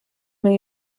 may